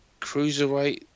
cruiserweight